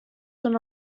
són